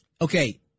Okay